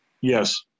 Yes